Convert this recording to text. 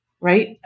Right